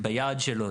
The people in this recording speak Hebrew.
ביעד שלו,